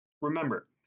Remember